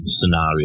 Scenario